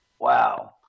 Wow